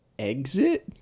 exit